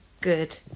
good